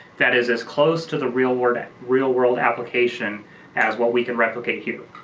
that is as close to the real-world real-world application as what we can replicate here.